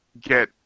get